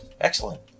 excellent